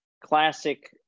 classic